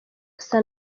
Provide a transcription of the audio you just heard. asa